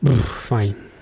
Fine